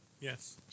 Yes